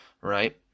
right